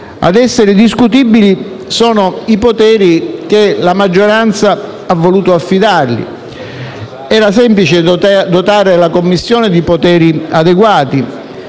A essere discutibili sono i poteri che la maggioranza ha voluto affidarle. Era semplice dotare la Commissione di poteri adeguati.